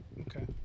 okay